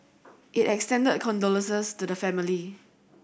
it extended condolences to the family